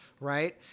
Right